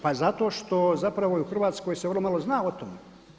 Pa zato što zapravo u Hrvatskoj se vrlo malo zna o tome.